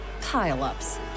pile-ups